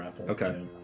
Okay